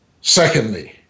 secondly